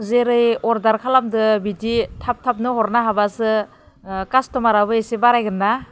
जेरै अर्डार खालामदों बिदि थाब थाबनो हरनो हाबासो कास्थ'माराबो एसे बारायगोन ना